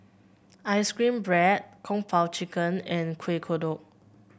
ice cream bread Kung Po Chicken and Kueh Kodok